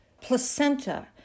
Placenta